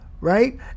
right